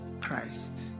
Christ